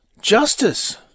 justice